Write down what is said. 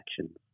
actions